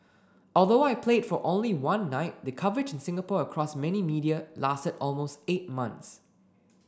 although I played for only one night the coverage in Singapore across many media lasted almost eight months